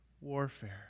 warfare